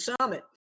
Summit